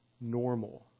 Normal